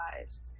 lives